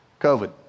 COVID